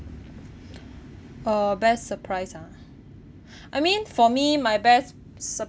uh best surprise ah I mean for me my best sur~